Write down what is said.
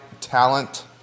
talent